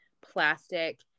plastic